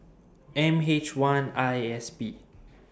M H one I S P